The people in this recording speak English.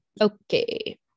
Okay